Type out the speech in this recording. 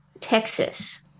texas